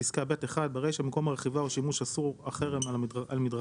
בפסקה (ב)- ברישה במקום "הרכיבה או שימוש אסור אחר הם על מדרכה,